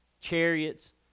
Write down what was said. chariots